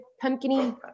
pumpkin-y